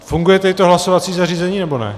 Funguje tedy to hlasovací zařízení, nebo ne?